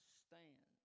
stand